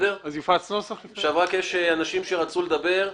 יש אנשים שרצו לדבר.